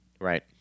Right